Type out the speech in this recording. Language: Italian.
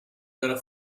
dalla